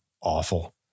awful